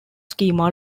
schema